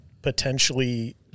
potentially